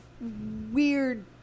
weird